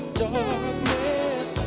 darkness